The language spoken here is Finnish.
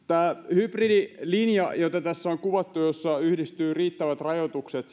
hybridilinja jota tässä on kuvattu jossa yhdistyvät riittävät rajoitukset